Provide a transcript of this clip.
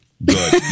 Good